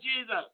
Jesus